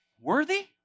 worthy